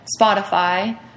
Spotify